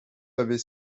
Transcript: avait